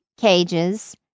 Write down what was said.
cages